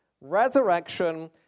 resurrection